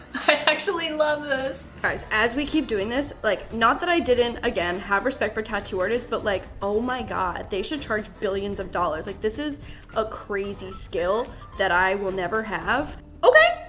i actually love those guys as we keep doing this like not that i didn't again have respect for tattoo artists but like oh my god, they should charge billions of dollars. like this is a crazy skill that i will never have okay,